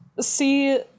See